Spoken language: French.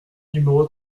numéro